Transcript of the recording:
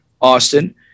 Austin